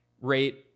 rate